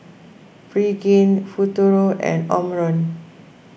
Pregain Futuro and Omron